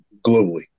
globally